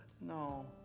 No